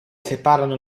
separano